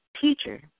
Teacher